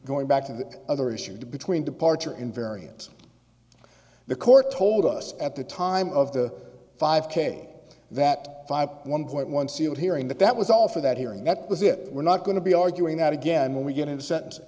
going back to the other issue between departure invariants the court told us at the time of the five k that five one point one sealed hearing that that was all for that hearing that was it we're not going to be arguing that again when we get it sent